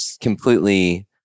completely